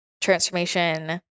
transformation